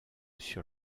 sur